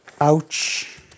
ouch